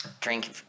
Drink